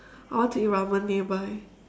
I want to eat ramen nearby